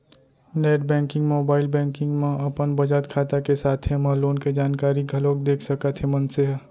net banking, mobile banking म अपन बचत खाता के साथे म लोन के जानकारी घलोक देख सकत हे मनसे ह